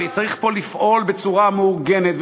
וצריך פה לפעול בצורה מאורגנת,